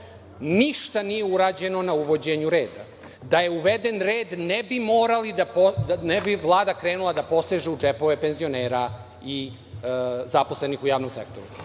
ništa nije urađeno na uvođenju reda. Da je uveden red ne bi morali, ne bi Vlada krenula da poseže u džepove penzionera i zaposlenih u javnom sektoru.O